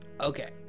Okay